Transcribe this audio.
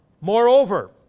Moreover